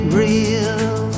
real